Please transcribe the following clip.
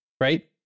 right